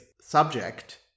subject